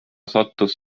sattus